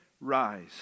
rise